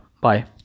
Bye